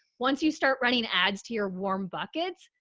once you start running ads to your warm buckets,